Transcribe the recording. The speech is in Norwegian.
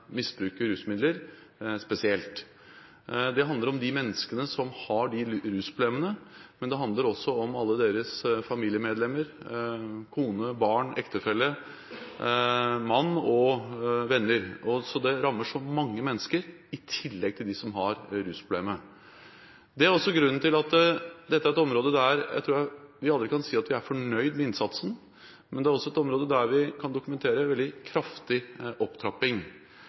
rusmidler, spesielt. Det handler om de menneskene som har rusproblemer, men det handler også om alle deres familiemedlemmer – kone, barn, ektefelle, mann og venner – for det rammer så mange mennesker i tillegg til dem som har rusproblemet. Jeg tror dette er et område der vi aldri kan si at vi er fornøyd med innsatsen, men dette er også et område der vi kan dokumentere en veldig kraftig opptrapping.